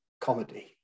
comedy